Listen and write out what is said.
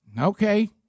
Okay